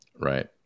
Right